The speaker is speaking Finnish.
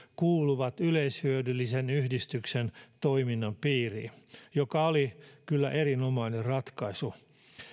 kuuluvat yleishyödyllisen yhdistyksen toiminnan piiriin mikä oli kyllä erinomainen ratkaisu